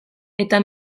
eta